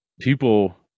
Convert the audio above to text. people